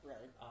Right